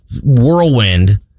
whirlwind